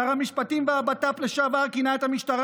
שר המשפטים והבט"פ לשעבר כינה את המשטרה